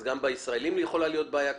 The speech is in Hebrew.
אז גם לגבי ישראלים יכולה להיות בעיה כזו.